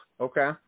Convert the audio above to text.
Okay